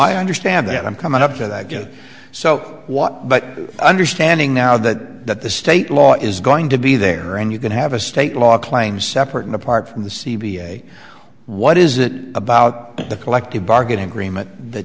i understand that i'm coming up to that so what but understanding now that the state law is going to be there and you're going to have a state law claim separate and apart from the c b a what is it about the collective bargaining agreement that